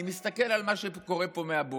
אני מסתכל על מה שקורה פה מהבוקר,